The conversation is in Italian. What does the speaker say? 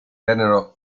vennero